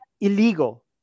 Illegal